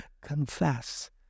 confess